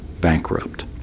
bankrupt